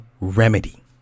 remedy